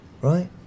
Right